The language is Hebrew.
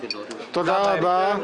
<< דובר_המשך >> אופיר סופר (הבית היהודי,